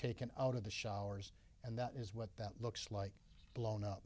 taken out of the showers and that is what that looks like blown up